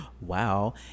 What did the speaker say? wow